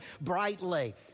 brightly